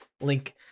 link